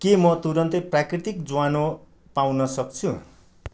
के म तुरन्तै प्राकृतिक ज्वानो पाउन सक्छु